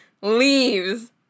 leaves